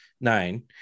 nine